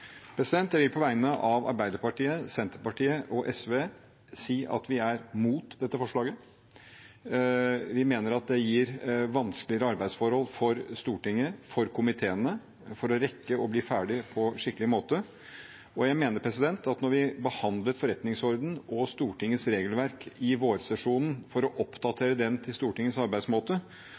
Jeg vil på vegne av Arbeiderpartiet, Senterpartiet og SV si at vi er mot dette forslaget. Vi mener at det gir vanskeligere arbeidsforhold for Stortinget og komiteene for å rekke å bli ferdig på en skikkelig måte. Jeg mener at da vi behandlet forretningsordenen og Stortingets regelverk i vårsesjonen for å oppdatere det med tanke på Stortingets arbeidsmåte,